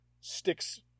sticks